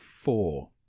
four